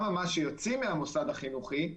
כשיוצאים מהמוסד החינוכי,